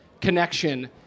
connection